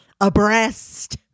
abreast